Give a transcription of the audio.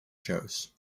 shows